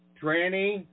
tranny